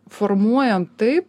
formuojant taip